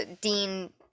dean